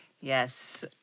Yes